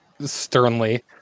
sternly